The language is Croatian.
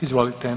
Izvolite.